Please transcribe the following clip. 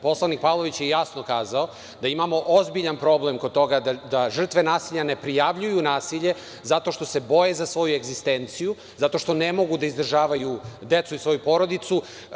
Poslanik Pavlović je jasno kazao da imamo ozbiljan problem oko toga da žrtve nasilja ne prijavljuju nasilje zato što se boje za svoju egzistenciju, zato što ne mogu da izdržavaju decu i svoju porodicu.